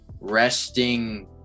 resting